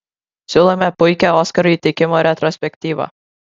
siūlome puikią oskarų įteikimo retrospektyvą